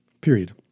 Period